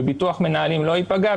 בביטוח מנהלים לא ייפגע,